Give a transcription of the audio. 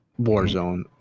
Warzone